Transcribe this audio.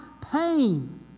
pain